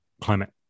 climate